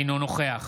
אינו נוכח